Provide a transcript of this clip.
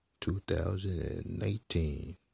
2019